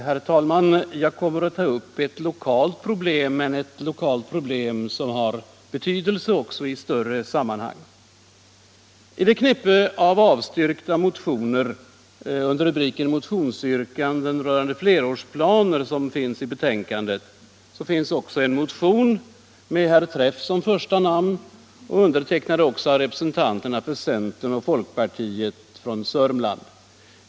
Herr talman! Jag kommer att ta upp ett lokalt problem men ett som har betydelse också i större sammanhang. I knippet av avstyrkta motioner under rubriken Motionsyrkanden berörande flerårsplaner m.m. finns också en motion med herr Träff som första namn, undertecknad också av representanterna för centern och folkpartiet i Sörmland.